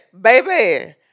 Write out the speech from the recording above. Baby